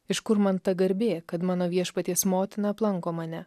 iš kur man ta garbė kad mano viešpaties motina aplanko mane